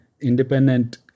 independent